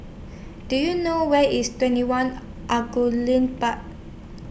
Do YOU know Where IS TwentyOne Angullia Park